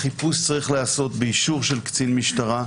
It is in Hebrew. החיפוש צריך להיעשות באישור קצין משטרה,